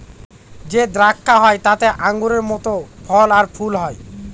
যে দ্রাক্ষা হয় তাতে আঙুরের মত ফল আর ফুল হয়